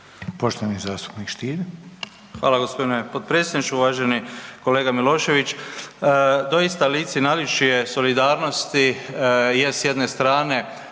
**Stier, Davor Ivo (HDZ)** Hvala gospodine potpredsjedniče. Uvaženi kolega Milošević doista lice i naličje solidarnosti je s jedne strane